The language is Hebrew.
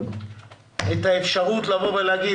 לו את האפשרות לבוא ולהגיד,